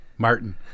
Martin